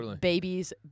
babies